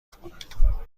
کنم